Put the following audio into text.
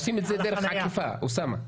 עושים את זה בדרך עקיפה, אוסאמה.